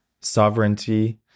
sovereignty